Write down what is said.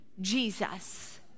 Jesus